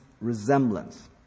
resemblance